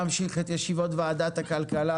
אנחנו שמחים להמשיך את ישיבות ועדת הכלכלה